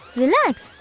relax.